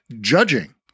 Judging